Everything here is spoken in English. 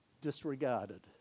disregarded